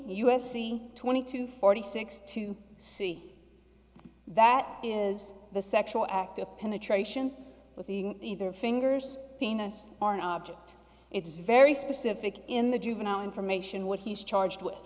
c twenty two forty six to see that is the sexual act of penetration with using either fingers penis or an object it's very specific in the juvenile information what he's charged with